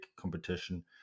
competition